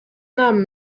namen